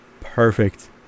Perfect